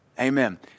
Amen